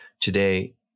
today